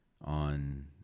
on